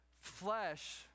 flesh